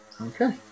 okay